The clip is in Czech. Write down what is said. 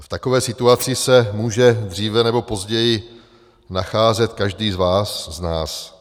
V takové situaci se může dříve nebo později nacházet každý z vás, z nás.